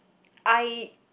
I